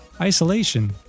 isolation